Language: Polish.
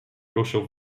ruszył